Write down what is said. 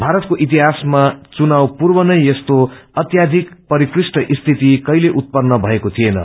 मारतको इतिहासमा चुनाव पूर्वनै यस्तो अत्यायिक परिष्कृत स्थिति कहिल्ये उत्पन्न भएको थिएन